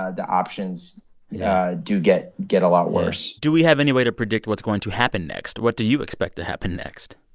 ah the options yeah do get get a lot worse yeah. do we have any way to predict what's going to happen next? what do you expect to happen next?